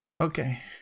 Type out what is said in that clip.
Okay